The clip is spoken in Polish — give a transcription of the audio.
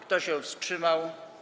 Kto się wstrzymał?